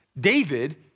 David